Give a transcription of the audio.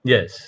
Yes